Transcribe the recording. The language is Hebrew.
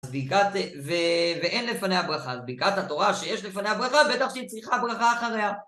בדיקת, ואין לפניה ברכה, ברכת התורה שיש לפניה ברכה בטח שהיא צריכה ברכה אחריה